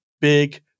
big